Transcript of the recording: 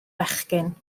fechgyn